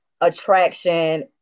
attraction